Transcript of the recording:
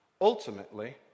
ultimately